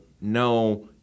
no